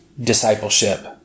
discipleship